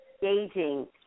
gauging